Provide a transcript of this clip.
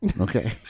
Okay